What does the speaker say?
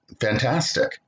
fantastic